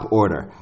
order